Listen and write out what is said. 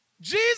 Jesus